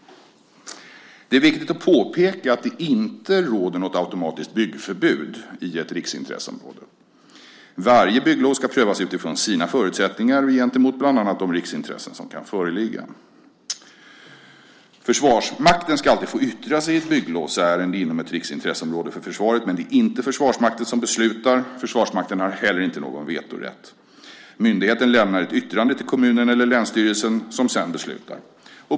Det är viktigt att påpeka att det inte råder något automatiskt byggförbud i ett riksintresseområde. Varje bygglov ska prövas utifrån sina förutsättningar och gentemot bland annat de riksintressen som kan föreligga. Försvarsmakten ska alltid få yttra sig i ett bygglovsärende inom ett riksintresseområde för försvaret, men det är inte Försvarsmakten som beslutar. Försvarsmakten har inte heller någon vetorätt. Myndigheten lämnar ett yttrande till kommunen eller länsstyrelsen som sedan beslutar.